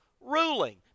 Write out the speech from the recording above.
ruling